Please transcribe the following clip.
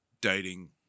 dating